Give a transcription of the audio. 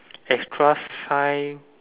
extra shine